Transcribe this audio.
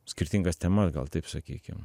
skirtingas temas gal taip sakykim